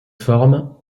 forme